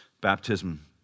baptism